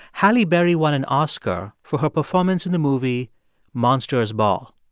halle berry won an oscar for her performance in the movie monster's ball.